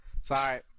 Sorry